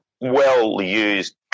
well-used